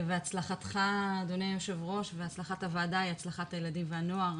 הצלחתך אדוני היושב ראש והצלחת הוועדה היא הצלחת הילדים והנוער.